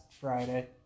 Friday